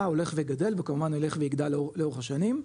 הולך וגדל וכמובן ילך ויגדל לאורך השנים,